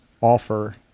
offer